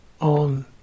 on